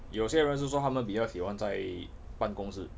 有些人是说他们比较喜欢在办公室